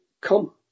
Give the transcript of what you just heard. Come